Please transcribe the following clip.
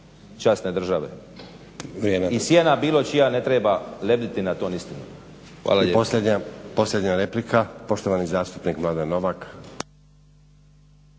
časne države. i cijena bilo čija ne treba lebditi nad tom istinom. Hvala lijepa. **Stazić, Nenad (SDP)** Posljednja replika, poštovani zastupnik Mladen Novak.